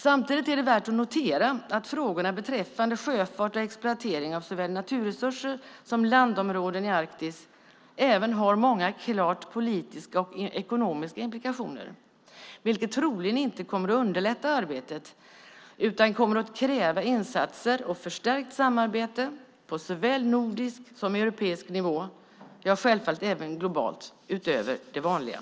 Samtidigt är det värt att notera att frågorna om sjöfart och exploatering av såväl naturresurser som landområden i Arktis även har många klart politiska och ekonomiska implikationer, något som troligen inte kommer att underlätta arbetet. I stället kommer det att krävas insatser och ett förstärkt samarbete på såväl nordisk som europeisk nivå - ja, självfallet även globalt utöver det vanliga.